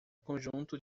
conjunto